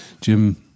Jim